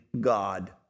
God